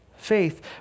faith